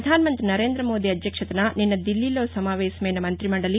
పధానమంతి నరేందమోదీ అధ్యక్షతన నిన్న థిల్లీలో సమావేశమైన మంతిమండలి